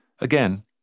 Again